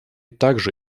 также